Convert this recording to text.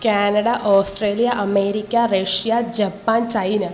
Canada Australia America Russia Japan China